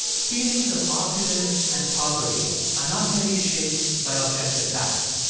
feelings of opulence and poverty are not merely shaped by objective facts.